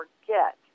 forget